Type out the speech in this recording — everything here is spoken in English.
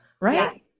right